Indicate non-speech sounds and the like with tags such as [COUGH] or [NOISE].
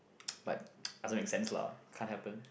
[NOISE] but [NOISE] doesn't make sense lah can't happen